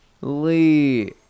lee